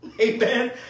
Amen